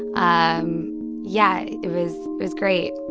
um yeah, it was was great.